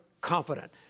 confident